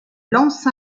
lance